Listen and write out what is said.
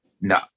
No